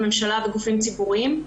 הממשלה וגופים ציבוריים.